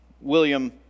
William